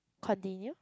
continue